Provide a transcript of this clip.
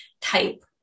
type